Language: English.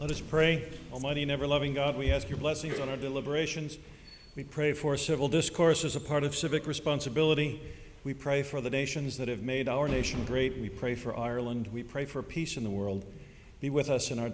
let us pray almighty never loving god we ask your blessing going to deliberations we pray for civil discourse as a part of civic responsibility we pray for the nations that have made our nation great we pray for ireland we pray for peace in the world be with us in our